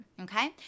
okay